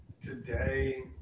today